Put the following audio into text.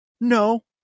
no